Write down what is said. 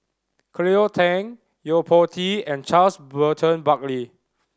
Cleo Thang Yo Po Tee and Charles Burton Buckley